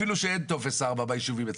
אפילו שאין טופס 4 ביישובים אצלם.